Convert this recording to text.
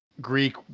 Greek